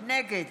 נגד